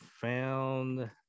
found